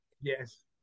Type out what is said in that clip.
Yes